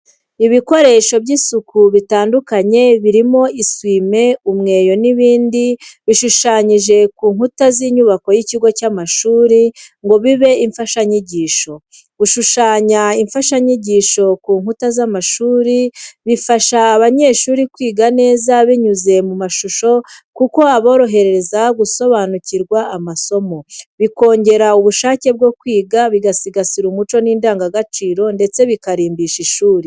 Ibikoresho by'isuku bitandukanye birimo isuwime, umweyo n'ibindi bishushanyije ku nkuta z'inyubako y'ikigo cy'amashuri ngo bibe imfashanyigisho. Gushushanya imfashanyigisho ku nkuta z’amashuri bifasha abanyeshuri kwiga neza binyuze mu mashusho kuko aborohereza gusobanukirwa amasomo, bikongera ubushake bwo kwiga, bigasigasira umuco n’indangagaciro ndetse bikarimbisha ishuri.